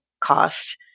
cost